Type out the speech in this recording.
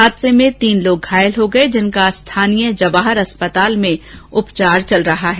हादसे में तीन लोग घायल हो गए जिनका स्थानीय जवाहर अस्पताल में उपचार चल रहा है